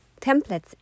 templates